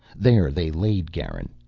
there they laid garin.